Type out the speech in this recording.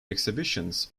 exhibitions